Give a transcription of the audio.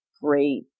great